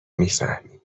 میفهمی